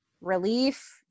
relief